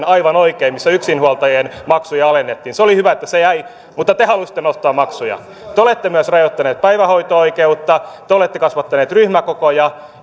aivan oikein missä yksinhuoltajien maksuja alennettiin se oli hyvä että se jäi mutta te halusitte nostaa maksuja te olette myös rajoittaneet päivähoito oikeutta te olette kasvattaneet ryhmäkokoja